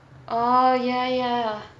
oh ya ya